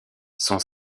son